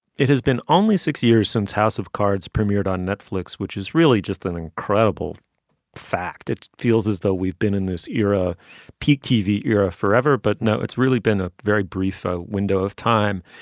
it has been only six years since house of cards premiered on netflix which is really just an incredible fact it feels as though we've been in this era of peak tv era forever but now it's really been a very brief window of time.